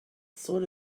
sort